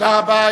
תודה רבה.